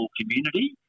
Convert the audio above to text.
community